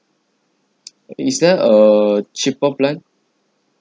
is there a cheaper plan